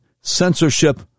censorship